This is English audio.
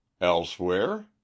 Elsewhere